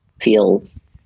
feels